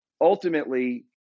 ultimately